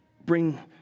bring